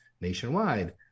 nationwide